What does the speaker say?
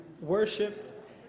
worship